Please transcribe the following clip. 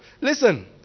Listen